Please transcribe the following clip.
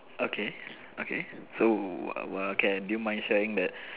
okay okay so what can do you mind sharing that